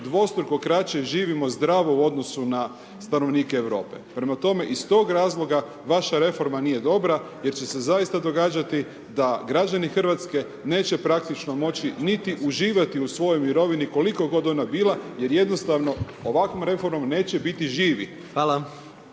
dvostruko kraće živimo zdravo u odnosu na stanovnike Europe. Prema tome iz tog razloga vaša reforma nije dobra jer će se zaista događati da građani Hrvatske neće praktično moći niti uživati u svojoj mirovini, koliko god ona bila, jer jednostavno ovakvom reformom neće biti živi.